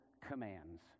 commands